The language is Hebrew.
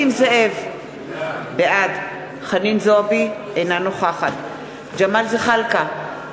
בעד חנין זועבי, אינה נוכחת ג'מאל זחאלקה,